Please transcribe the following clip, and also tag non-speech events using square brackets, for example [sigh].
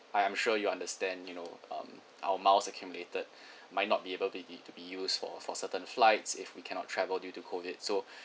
I am sure you understand you know um our miles accumulated [breath] might not be able to be to be use for for certain flights if we cannot travel due to COVID so [breath]